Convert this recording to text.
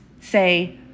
say